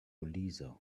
lisa